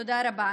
תודה רבה.